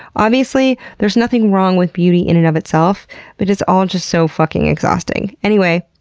obviously, there is nothing wrong with beauty in and of itself but it's all just so fucking exhausting. anyway,